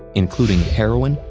including heroin,